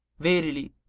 verily,